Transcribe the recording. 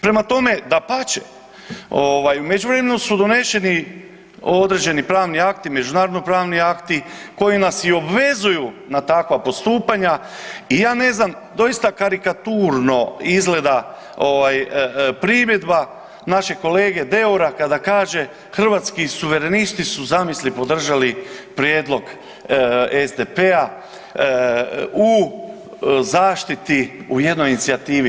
Prema tome, dapače, u međuvremenu su donešeni određeni pravni akti, međunarodni pravni akti koji nas i obvezuju na takva postupanja i ja ne znam, doista karikaturno izgleda ovaj primjedba našeg kolege Deura kada kaže, Hrvatski suverenisti su, zamisli, podržali prijedlog SDP-a u zaštiti u jednoj inicijativi.